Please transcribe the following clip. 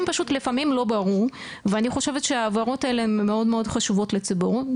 פשוט לפעמים לא ברור ואני חושבת שההבהרות האלה מאוד חשוב לציבור,